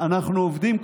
ואנחנו עובדים.